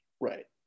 Right